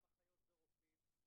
גם אחיות ורופאים,